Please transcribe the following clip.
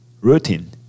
routine